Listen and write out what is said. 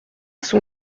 son